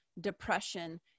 depression